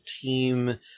team